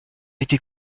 été